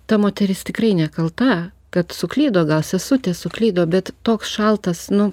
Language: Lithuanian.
ta moteris tikrai nekalta kad suklydo gal sesutė suklydo bet toks šaltas nu